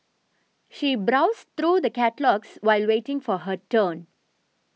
she browsed through the catalogues while waiting for her turn